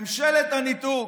ממשלת הניתוק.